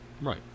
Right